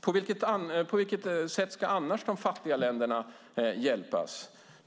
På vilket sätt ska annars de fattiga länderna hjälpas?